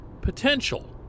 potential